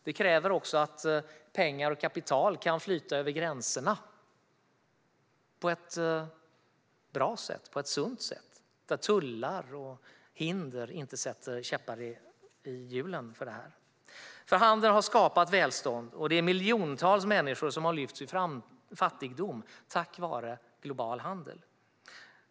Det kräver att pengar och kapital kan flyta över gränserna på ett bra och sunt sätt där tullar och hinder inte sätter käppar i hjulen. Handel har nämligen skapat välstånd, och miljontals människor har lyfts ur fattigdom tack vare global handel.